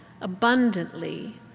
abundantly